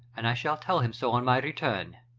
and i shall tell him so on my return,